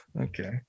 Okay